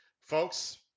Folks